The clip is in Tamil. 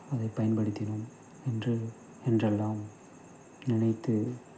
அதை பயன்படுத்தினோம் என்று என்றெல்லாம் நினைத்து